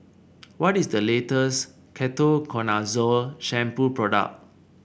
what is the latest Ketoconazole Shampoo product